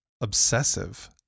obsessive